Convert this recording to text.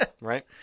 right